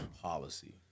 Policy